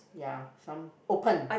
ya some open